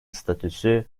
statüsü